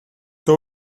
toi